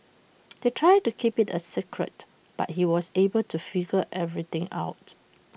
they tried to keep IT A secret but he was able to figure everything out